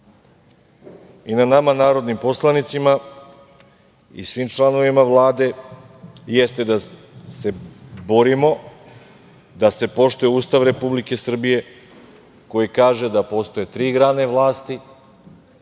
I na nama narodnim poslanicima i svim članovima Vlade jeste da se borimo da se poštuje Ustav Republike Srbije koji kaže da postoje tri grane vlasti,